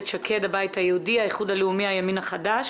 שקד הבית היהודי האיחוד הלאומי הימין החדש,